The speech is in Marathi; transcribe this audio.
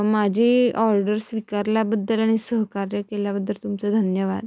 माझी ऑर्डर स्वीकारल्याबद्दल आणि सहकार्य केल्याबद्दल तुमचं धन्यवाद